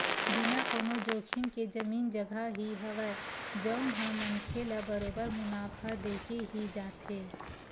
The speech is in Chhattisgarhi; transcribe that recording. बिना कोनो जोखिम के जमीन जघा ही हवय जउन ह मनखे ल बरोबर मुनाफा देके ही जाथे